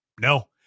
No